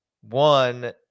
one